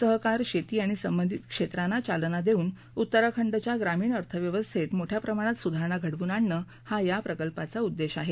सहकार शेती आणि संबंधित क्षेत्रांना चालना देऊन उत्तराखंडाच्या ग्रामीण अर्थव्यवस्थेत मोठया प्रमाणात सुधारण घडवून आणणं हा या प्रकल्पाचा उद्देश आहे